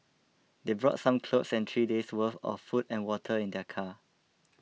they brought some clothes and three days' worth of food and water in their car